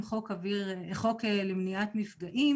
החוק למניעת מפגעים